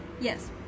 Yes